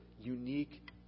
unique